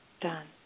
done